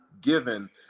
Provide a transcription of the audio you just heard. given